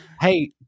hey